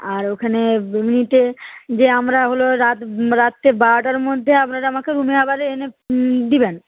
আর ওখানে এমনিতে যে আমরা হল রাত রাত্রে বারোটার মধ্যে আপনারা আমাকে রুমে আবার এনে দেবেন